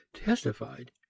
testified